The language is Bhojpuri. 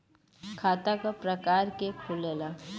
खाता क प्रकार के खुलेला?